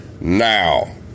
Now